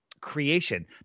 creation